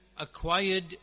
acquired